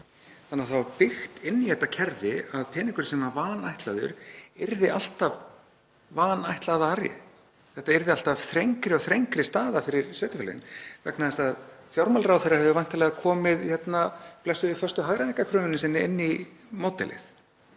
Því var það byggt inn í þetta kerfi að peningurinn sem var vanáætlaður yrði alltaf „vanáætlaðari“, þetta yrði alltaf þrengri og þrengri staða fyrir sveitarfélögin vegna þess að fjármálaráðherra hefur væntanlega komið blessuðu föstu hagræðingarkröfunni sinni inn í módelið